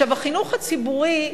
החינוך הציבורי,